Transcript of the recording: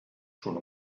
schon